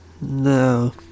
No